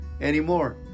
anymore